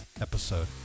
episode